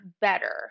better